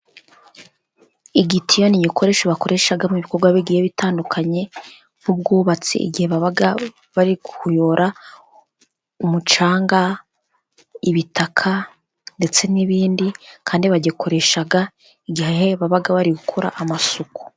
Igitiyo ni igikoresho bakoresha mu bikorwa bigiye bitandukanye, nk'ubwubatsi igihe baba bari kuyora umucanga, ibitaka, ndetse n'ibindi. Kandi bagikoresha igihe baba bari gukora amasuku.